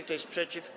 Kto jest przeciw?